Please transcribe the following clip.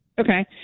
Okay